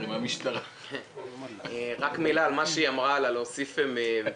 רק מילה על מה שלילך אמרה על להוסיף פקחים.